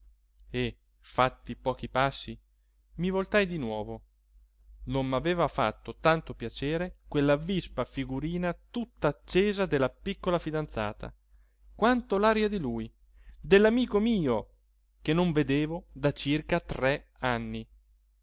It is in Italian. e fatti pochi passi mi voltai di nuovo non m'aveva fatto tanto piacere quella vispa figurina tutt'accesa della piccola fidanzata quanto l'aria di lui dell'amico mio che non vedevo da circa tre anni